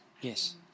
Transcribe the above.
Yes